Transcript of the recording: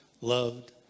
loved